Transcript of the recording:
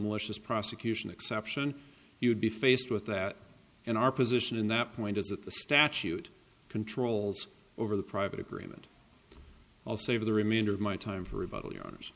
malicious prosecution exception you would be faced with that in our position in that point is that the statute controls over the private agreement i'll save the remainder of my time for rebuttal yours